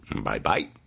Bye-bye